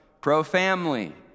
Pro-family